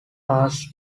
asked